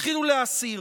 התחילו להסיר,